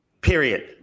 Period